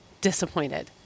disappointed